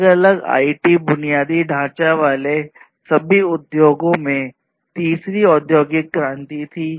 अलग अलग आईटी बुनियादी ढांचे वाले सभी उद्योगों में तीसरी औद्योगिक क्रांति थी